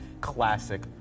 classic